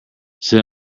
sit